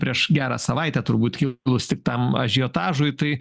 prieš gerą savaitę turbūt kilus tik tam ažiotažui tai